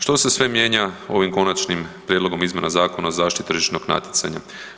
Što se sve mijenja ovim Konačnim prijedlogom izmjena Zakona o zaštiti tržišnog natjecanja.